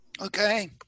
Okay